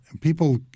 people